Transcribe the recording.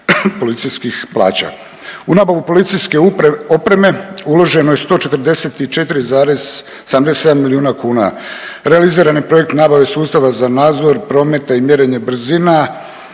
U nabavu policijske opreme uloženo je 144,77 miliona kuna. Reviziran je projekt nabave sustava za nadzor prometa i mjerenja brzina.